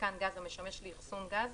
במיתקן גז המשמש לאחסון גז